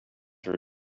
once